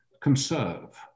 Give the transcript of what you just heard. conserve